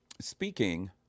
speaking